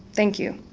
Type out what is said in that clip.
thank you.